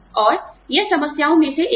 और यह समस्याओं में से एक है